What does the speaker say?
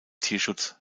tierschutz